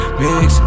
mix